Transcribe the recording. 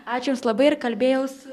ačiū jums labai ir kalbėjau su